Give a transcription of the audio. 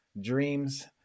dreams